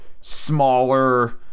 smaller